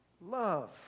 love